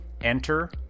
Enter